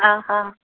हा हा